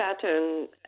pattern